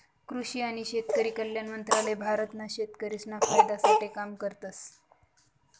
कृषि आणि शेतकरी कल्याण मंत्रालय भारत ना शेतकरिसना फायदा साठे काम करतस